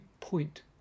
Point